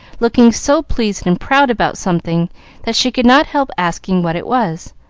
looking so pleased and proud about something that she could not help asking what it was,